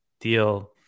deal